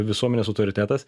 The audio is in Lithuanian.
visuomenės autoritetas